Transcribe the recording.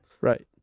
right